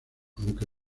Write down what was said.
aunque